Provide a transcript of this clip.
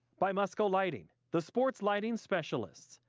by musco lighting, the sports lighting specialist,